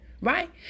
right